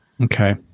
Okay